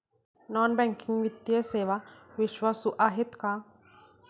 Non banking वित्तीय सेवा विश्वासू आहेत का?